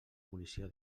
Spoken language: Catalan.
munició